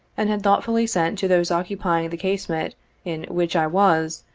and had thoughtfully sent to those occupying the casemate in which i was,